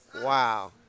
Wow